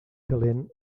calent